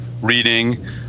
reading